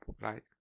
right